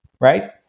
Right